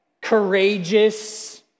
Courageous